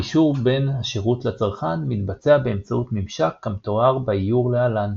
קישור בין השירות לצרכן מתבצע באמצעות ממשק כמתואר באיור להלן